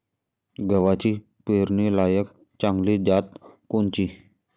गव्हाची पेरनीलायक चांगली जात कोनची?